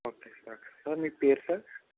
okay sir sir మీ పేరు sir